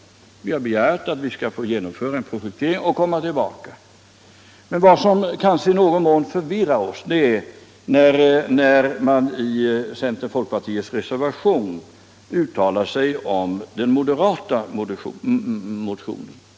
Vi har begärt att vi skall få genomföra en projektering och komma tillbaka. Men vad som kanske i någon mån förvirrar oss är när man i centerns-folkpartiets reservation uttalar sig om den moderata motionen.